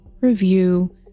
review